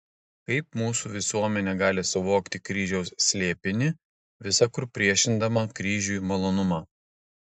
kaip mūsų visuomenė gali suvokti kryžiaus slėpinį visa kur priešindama kryžiui malonumą